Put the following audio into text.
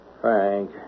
Frank